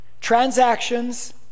transactions